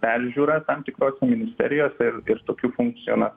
peržiūrą tam tikrose ministerijose ir ir tokių funkcijų na